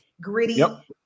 Gritty